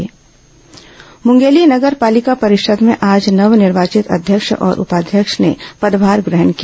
मुंगेली नपा पदभार मूंगेली नगर पालिका परिषद में आज नव निर्वाचित अध्यक्ष और उपाध्यक्ष ने पदभार ग्रहण किया